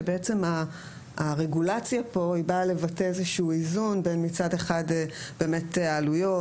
שבעצם הרגולציה פה היא באה לבטא איזשהו איזון בין מצד אחד באמת העלויות,